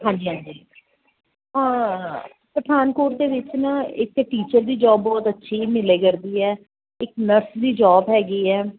ਹਾਂਜੀ ਹਾਂਜੀ ਹਾਂ ਹਾਂ ਪਠਾਨਕੋਟ ਦੇ ਵਿੱਚ ਨਾ ਇੱਕ ਟੀਚਰ ਦੀ ਜੋਬ ਬਹੁਤ ਅੱਛੀ ਮਿਲੇ ਕਰਦੀ ਹੈ ਇੱਕ ਨਰਸ ਦੀ ਜੋਬ ਹੈਗੀ ਹੈ